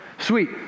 Sweet